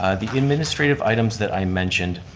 ah the administrative items that i mentioned,